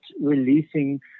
releasing